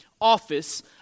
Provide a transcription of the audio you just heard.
office